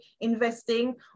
investing